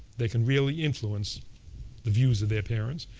they can really influence the views of their parents.